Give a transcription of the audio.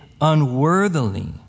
unworthily